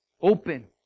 Open